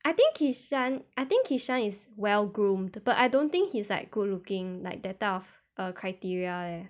I think kishan I think kishan is well groomed but I don't think he's like good looking like that type of criteria eh